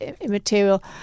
immaterial